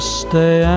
stay